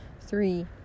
three